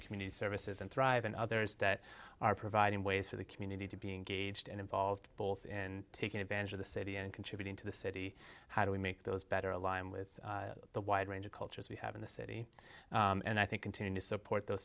through community services and thrive and others that are providing ways for the community to be engaged and involved both in taking advantage of the city and contributing to the city how do we make those better align with the wide range of cultures we have in the city and i think continue to support those